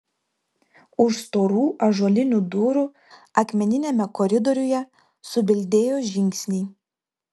už storų ąžuolinių durų akmeniniame koridoriuje subildėjo žingsniai